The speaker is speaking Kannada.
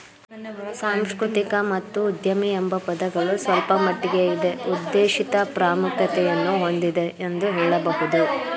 ಸಾಂಸ್ಕೃತಿಕ ಮತ್ತು ಉದ್ಯಮಿ ಎಂಬ ಪದಗಳು ಸ್ವಲ್ಪಮಟ್ಟಿಗೆ ಇದೇ ಉದ್ದೇಶಿತ ಪ್ರಾಮುಖ್ಯತೆಯನ್ನು ಹೊಂದಿದೆ ಎಂದು ಹೇಳಬಹುದು